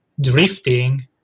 drifting